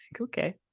okay